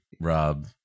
rob